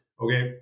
okay